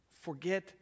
forget